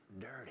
dirty